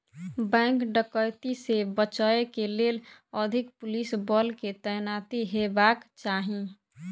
bank डकैती से बचय के लेल अधिक पुलिस बल के तैनाती हेबाक चाही